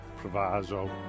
proviso